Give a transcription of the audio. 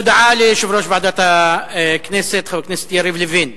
הודעה ליושב-ראש ועדת הכנסת, חבר הכנסת יריב לוין.